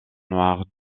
noires